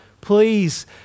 Please